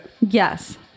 Yes